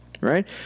Right